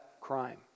crime